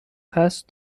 قصد